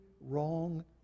wrong